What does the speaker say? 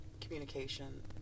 communication